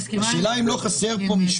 השאלה אם לא חסר פה משפט.